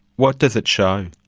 what does it show?